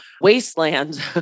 wasteland